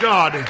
God